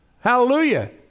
Hallelujah